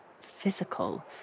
physical